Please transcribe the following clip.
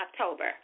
October